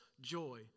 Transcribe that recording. joy